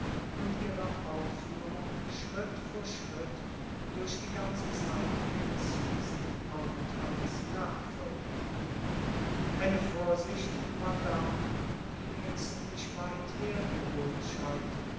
und ihrer aufführung schritt vor schritt durch die ganze zeit ihres hiesigen aufenthalts nachfolgen eine vorsicht madame die mir ziemlich weit hergeholt scheint